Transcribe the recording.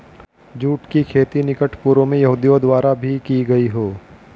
जुट की खेती निकट पूर्व में यहूदियों द्वारा भी की गई हो